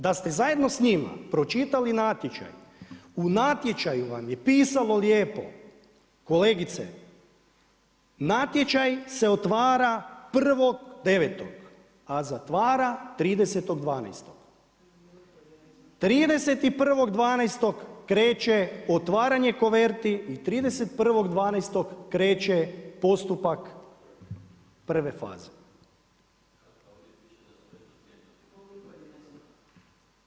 Da ste zajedno s njima pročitali natječaj, u natječaju vam je pisalo lijepo kolegice, natječaj se otvara 1.9. a zatvara 30.12. 31.12. kreće otvaranje kuverti i 31.12. kreće postupak prve faze.